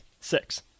Six